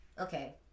Okay